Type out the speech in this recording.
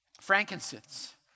Frankincense